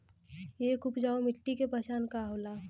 एक उपजाऊ मिट्टी के पहचान का होला?